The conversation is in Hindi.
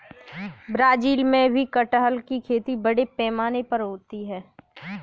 ब्राज़ील में भी कटहल की खेती बड़े पैमाने पर होती है